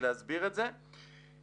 אדוני היושב-ראש.